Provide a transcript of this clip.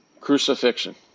Crucifixion